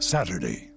Saturday